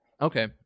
okay